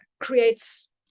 creates